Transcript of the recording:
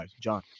John